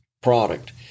product